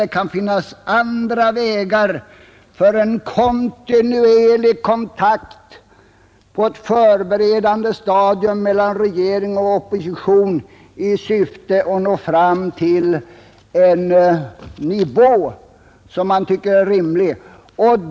Det kan finnas andra vägar för en kontinuerlig kontakt på ett förberedande stadium mellan regering och opposition i syfte att nå fram till en nivå som man tycker är rimlig.